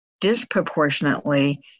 disproportionately